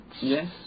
Yes